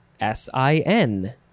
S-I-N